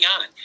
on